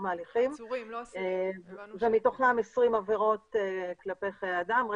ההליכים ומתוכם 20 עבירות כלפי חיי אדם,